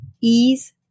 ease